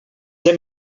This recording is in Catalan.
hem